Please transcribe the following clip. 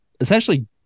Essentially